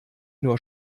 nur